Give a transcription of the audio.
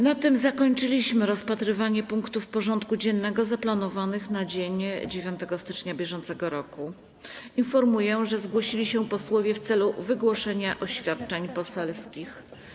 Na tym zakończyliśmy rozpatrywanie punktów porządku dziennego zaplanowanych na dzień 9 stycznia br. Informuję, że zgłosili się posłowie w celu wygłoszenia oświadczeń poselskich.